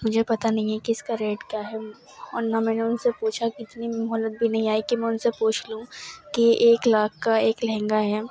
مجھے پتا نہیں ہے کہ اس کا ریٹ کیا ہے اور نہ میں نے ان سے پوچھا کہ اتنی مہلت بھی نہیں آئی کہ میں ان سے پوچھ لوں کہ ایک لاکھ کا ایک لہنگا ہے